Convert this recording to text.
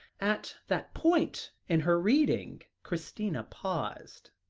at that point in her reading, christina paused.